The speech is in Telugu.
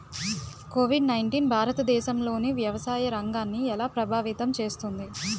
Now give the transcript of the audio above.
కోవిడ్ నైన్టీన్ భారతదేశంలోని వ్యవసాయ రంగాన్ని ఎలా ప్రభావితం చేస్తుంది?